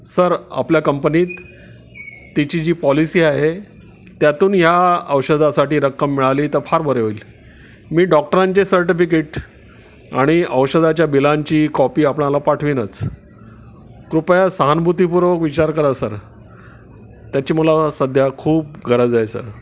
sir आपल्या कंपनीत तिची जी पॉलिसी आहे त्यातून ह्या औषधासाठी रक्कम मिळाली तर फार बरे होईल मी डॉक्टरांचे सर्टिफिकेट आणि औषधाच्या बिलांची कॉपी आपणाला पाठवेनच कृपया सहानभूतीपूर्वक विचार करा सर त्याची मला सध्या खूप गरज आहे सर